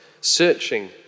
searching